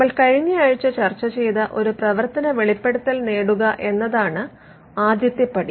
നമ്മൾ കഴിഞ്ഞ ആഴ്ച ചർച്ച ചെയ്ത ഒരു പ്രവർത്തന വെളിപ്പെടുത്തൽ നേടുക എന്നതാണ് ആദ്യത്തെ പടി